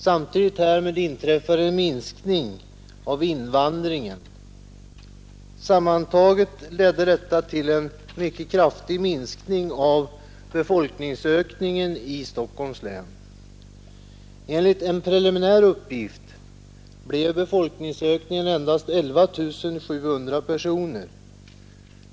Samtidigt härmed fick vi en minskning av invandringen. Sammantaget ledde detta till en mycket kraftig avmattning i befolkningsökningen i Stockholms län. Enligt en preliminär uppskattning blev befolkningsökningen endast 11 700 personer.